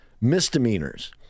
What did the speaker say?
misdemeanors